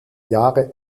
jahre